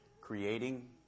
creating